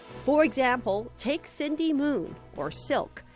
for example take cindy moon or silk,